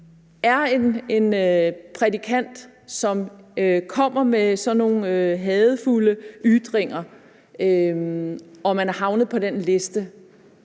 er en prædikant, som kommer med sådan nogle hadefulde ytringer, og man er havnet på den liste,